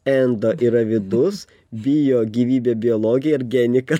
endo yra vidus bio gyvybė biologija ir genika